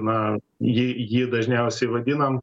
na ji jį dažniausiai vadinam